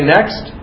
Next